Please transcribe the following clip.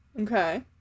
okay